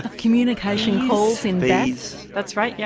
communication calls in bats? that's right, yeah